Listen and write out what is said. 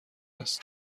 است